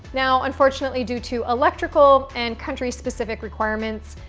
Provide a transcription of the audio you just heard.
now, unfortunately due to electrical and country specific requirements,